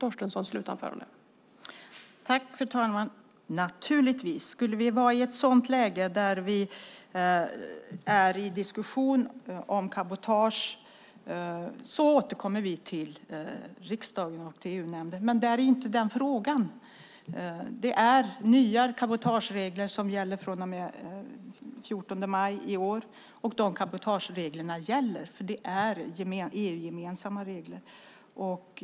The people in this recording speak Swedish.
Fru talman! Skulle vi vara i ett sådant läge att vi är i diskussion om cabotage återkommer vi naturligtvis till riksdagen och EU-nämnden. Där är dock inte den frågan. Det är nya cabotageregler som gäller från den 14 maj i år, och de cabotagereglerna gäller. Det är nämligen EU-gemensamma regler.